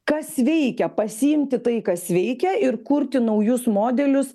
kas veikia pasiimti tai kas veikia ir kurti naujus modelius